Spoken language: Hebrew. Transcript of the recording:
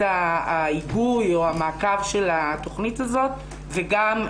ההיגוי או המעקב של התוכנית הזאת וגם,